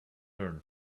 learn